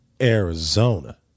Arizona